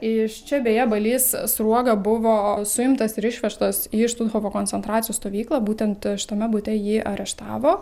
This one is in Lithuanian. iš čia beje balys sruoga buvo suimtas ir išvežtas į štuthofo koncentracijos stovyklą būtent šitame bute jį areštavo